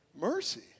Mercy